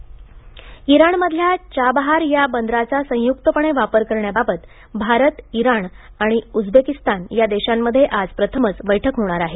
Chabahar बंदर इराणमधल्या Chabahar या बंदराचा संयुक्तपणे वापर करण्याबाबत भारत इराण आणि उझबेकिस्तान या देशांमध्ये आज प्रथमच बैठक होणार आहे